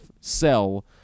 sell